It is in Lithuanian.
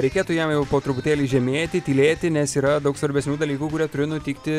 reikėtų jam jau po truputėlį žemėti tylėti nes yra daug svarbesnių dalykų kurie turi nutikti